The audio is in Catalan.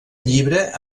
llibre